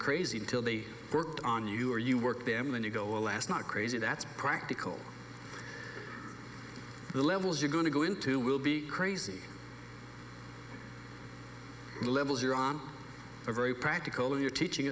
crazy till they worked on you or you work them and you go alas not crazy that's practical the levels you're going to go into will be crazy levels you're on a very practical you're teaching